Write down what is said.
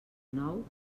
nou